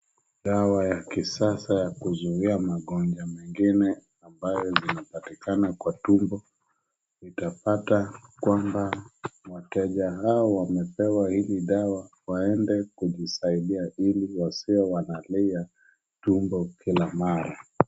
Dawa ya kisassa ya kuzuia magonjwa mengine ambayo inapatikana kwa tumbo. Itapata kwamba wateja hawa wamepewa hizi dawa waende kujisaidia ili wasiwe wanalia tumbo kila mara.